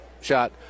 shot